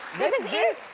this is it?